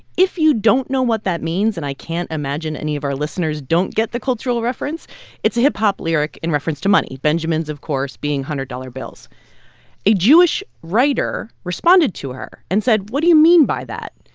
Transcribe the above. if you don't know what that means and i can't imagine any of our listeners don't get the cultural reference it's a hip-hop lyric in reference to money benjamins, of course, being one hundred dollars bills a jewish writer responded to her and said, what do you mean by that?